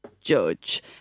judge